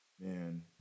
man